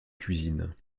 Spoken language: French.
cuisine